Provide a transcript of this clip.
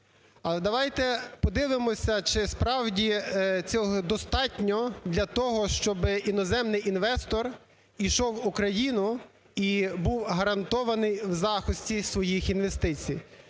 давайте подивимося, чи справді цього достатньо для того, щоб іноземний інвестор йшов в Україну і був гарантований в захисті своїх інвестицій?